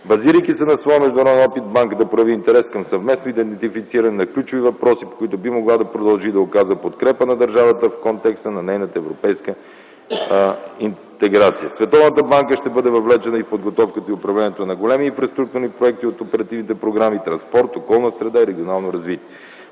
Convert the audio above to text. Базирайки се на своя международен опит Банката прояви интерес към съвместно идентифициране на ключови въпроси, по които би могла да продължи да оказва подкрепа на държавата в контекста на нейната европейска интеграция. Световната банка ще бъде въвлечена и в подготовката и управлението на големи инфраструктурни проекти от оперативните програми „Транспорт”, „Околна среда” и „Регионално развитие”.